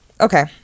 okay